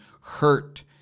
hurt